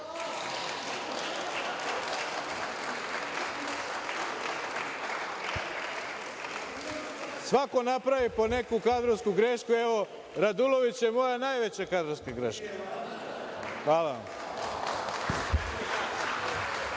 Svako napravi po neku kadrovsku grešku, evo, Radulović je moja najveća kadrovska greška. Hvala vam.